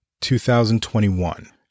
2021